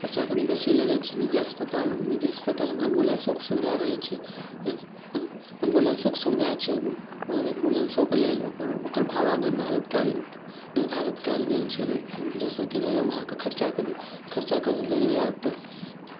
खरचा कनि बेसी लगै छै निजी अस्पतालमे निजी अस्पतालमे एम्बुलेन्सोके सुविधा रहै छै एम एम एम्बुलेन्सोके सुविधा छै ओहिमे मगर एम्बुलेन्सोके लेल ओकर ओकर भाड़ा निर्धारित कएल निर्धारित कएल गेल छै जाहिसँ किराओमे खरचा कनि खरचा कनि लागि जाएत